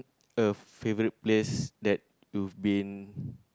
of favourite place that you've been